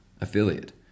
affiliate